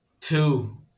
Two